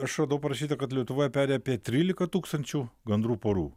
aš radau parašyta kad lietuvoj peri apie trylika tūkstančių gandrų porų